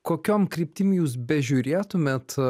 kokiom kryptim jūs bežiūrėtumėt